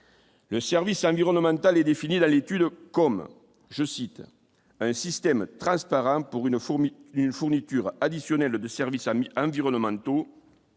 Le service environnemental est défini dans l'étude, comme je cite un système transparent pour une fourmi une fourniture additionnelle de service ami environnementaux à